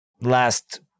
last